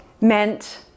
meant